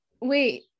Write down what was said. Wait